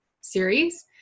series